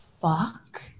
fuck